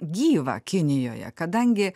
gyva kinijoje kadangi